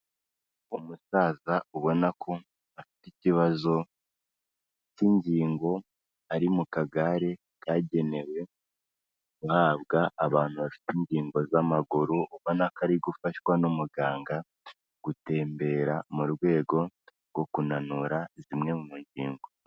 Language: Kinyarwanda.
Umusaza ubona ko afite ikibazo cy'ingingo ari mu kagare cyagenewe guhabwa abantu bafite ingingo z'amaguru, ubona ko ari gufashwa n'umuganga gutembera mu rwego rwo kunanura zimwe mu ngingo.